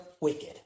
wicked